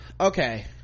okay